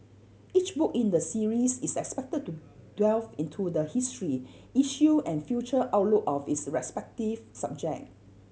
each book in the series is expected to delve into the history issue and future outlook of its respective subject